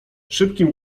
szybkim